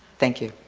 thank you.